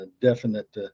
definite